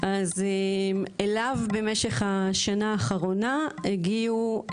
אז אליו במשך השנה האחרונה הגיעו,